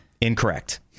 Incorrect